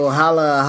holla